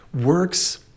Works